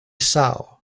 sao